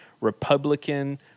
Republican